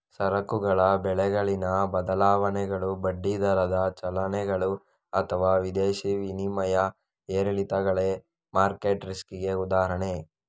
ಸರಕುಗಳ ಬೆಲೆಗಳಲ್ಲಿನ ಬದಲಾವಣೆಗಳು, ಬಡ್ಡಿ ದರದ ಚಲನೆಗಳು ಅಥವಾ ವಿದೇಶಿ ವಿನಿಮಯ ಏರಿಳಿತಗಳೆಲ್ಲ ಮಾರ್ಕೆಟ್ ರಿಸ್ಕಿಗೆ ಉದಾಹರಣೆ